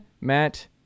Matt